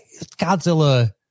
Godzilla